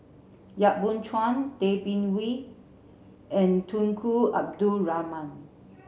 Yap Boon Chuan Tay Bin Wee and Tunku Abdul Rahman